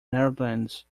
netherlands